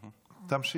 תמשיך.